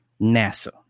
NASA